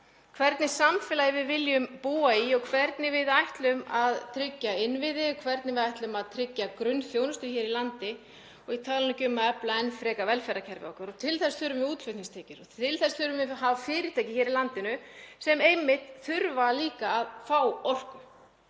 hvernig samfélagi við viljum búa í og hvernig við ætlum að tryggja innviði, hvernig við ætlum að tryggja grunnþjónustu hér á landi og ég tala nú ekki um að efla enn frekar velferðarkerfið okkar. Til þess þurfum við útflutningstekjur og til þess þurfum við að hafa fyrirtæki í landinu sem þurfa þá einmitt líka að fá orku.